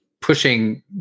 pushing